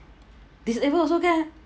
disabled also can